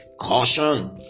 Caution